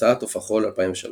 הוצאת עוף החול, 2003